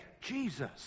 Jesus